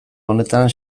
honetan